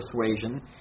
persuasion